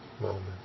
moment